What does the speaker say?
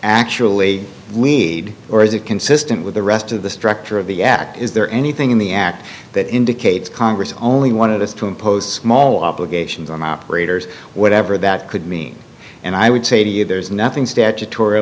actually we need or is it consistent with the rest of the structure of the act is there anything in the act that indicates congress only wanted us to impose small obligations on the operators whatever that could mean and i would say to you there's nothing